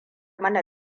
mana